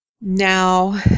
Now